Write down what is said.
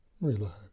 relax